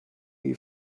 you